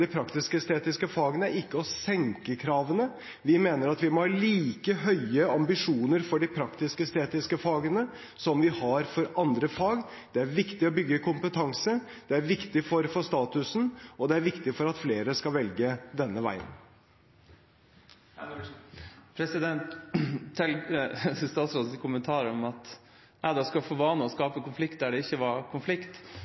de praktisk-estetiske fagene er ikke å senke kravene. Vi mener at vi må ha like høye ambisjoner for de praktisk-estetiske fagene som vi har for andre fag. Det er viktig å bygge kompetanse. Det er viktig for statusen, og det er viktig for at flere skal velge denne veien. Til statsrådens kommentar om at jeg skal ha for vane